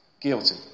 guilty